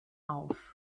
auf